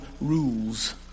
rules